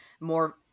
more